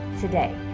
today